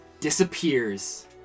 disappears